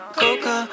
coca